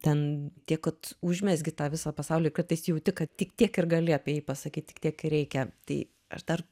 ten tiek kad užmezgi tą visą pasaulį kartais jauti kad tik tiek ir gali apie jį pasakyt tik tiek kai reikia tai aš dar